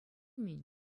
мӗн